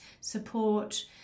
support